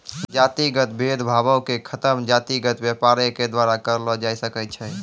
जातिगत भेद भावो के खतम जातिगत व्यापारे के द्वारा करलो जाय सकै छै